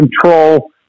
control